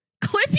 Clippy